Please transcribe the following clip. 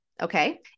Okay